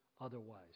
otherwise